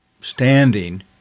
standing—